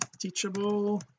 teachable